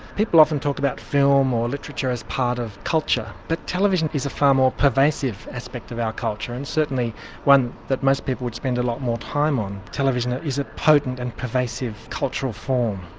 people often talk about film or literature as part of culture but television is a far more pervasive aspect of our culture and certainly one that most people would spend a lot more time on. television is a potent and pervasive cultural form.